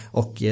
och